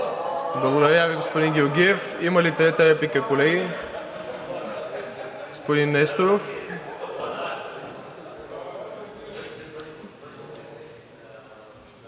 Благодаря Ви, господин Георгиев. Има ли трета реплика, колеги? Господин Несторов.